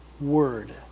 word